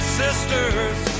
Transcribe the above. sisters